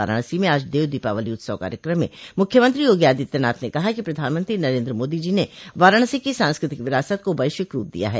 वाराणसी में आज देव दीपावाली उत्सव कार्यक्रम में मुख्यमंत्री योगी आदित्यनाथ ने कहा कि प्रधानमंत्री नरेन्द्र मोदी जी ने वाराणसी की सांस्कृतिक विरासत को वैश्विक रूप दिया है